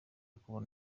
kubona